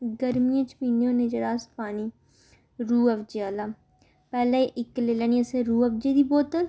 गर्मियें च पीन्ने होन्ने जेह्ड़ा अस पानी रूह् अफ्जे आह्ला पैह्लें इक लेई लैनी असें रूह् अफ्जे दी बोतल